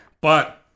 But-